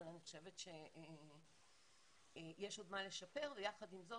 אבל אני חושבת שיש עוד מה לשפר ויחד עם זאת